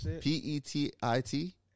P-E-T-I-T